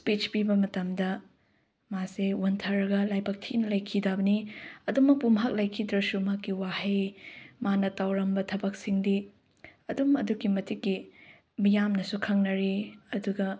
speech ꯄꯤꯕ ꯃꯇꯝꯗ ꯃꯥꯁꯦ ꯋꯥꯟꯊꯔꯒ ꯂꯥꯏꯕꯛ ꯊꯤꯅ ꯂꯩꯈꯤꯗꯕꯅꯤ ꯑꯗꯨꯃꯛꯄꯨ ꯃꯍꯥꯛ ꯂꯩꯈꯤꯗ꯭ꯔꯁꯨ ꯃꯍꯥꯛꯀꯤ ꯋꯥꯍꯩ ꯃꯥꯅ ꯇꯧꯔꯝꯕ ꯊꯕꯛꯁꯤꯡꯗꯤ ꯑꯗꯨꯝ ꯑꯗꯨꯛꯀꯤ ꯃꯇꯤꯛ ꯃꯤꯌꯥꯝꯅꯁꯨ ꯈꯪꯅꯔꯤ ꯑꯗꯨꯒ